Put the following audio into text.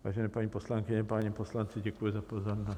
Vážené paní poslankyně, páni poslanci, děkuji za pozornost.